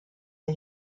der